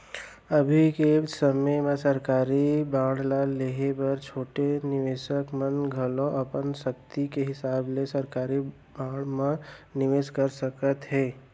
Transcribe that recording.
अभी के समे म सरकारी बांड ल लेहे बर छोटे निवेसक मन घलौ अपन सक्ति के हिसाब ले सरकारी बांड म निवेस कर सकत हें